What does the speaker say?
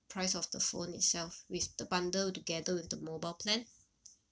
price of the phone itself with the bundle together with the mobile plan